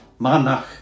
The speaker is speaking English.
Manach